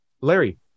Larry